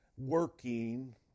working